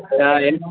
ஆ என்ன